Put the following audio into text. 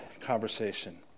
conversation